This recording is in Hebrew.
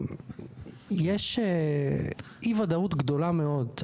יש אי ודאות גדולה מאוד.